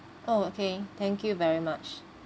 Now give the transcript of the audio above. oh okay thank you very much